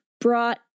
brought